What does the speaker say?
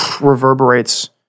reverberates